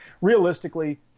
Realistically